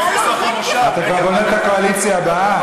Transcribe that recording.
אתה כבר בונה את הקואליציה הבאה?